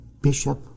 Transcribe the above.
bishop